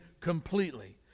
completely